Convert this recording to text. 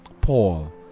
paul